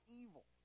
evil